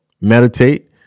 meditate